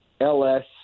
LS